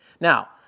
Now